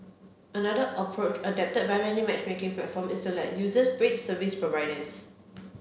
another approach adopted by many matchmaking platforms is to let users rate service providers